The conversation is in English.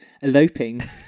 eloping